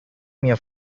minha